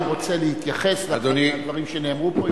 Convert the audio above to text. אם רוצה להתייחס לדברים שנאמרו פה,